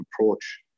approach